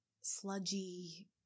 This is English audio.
sludgy